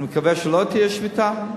אני מקווה שלא תהיה שביתה,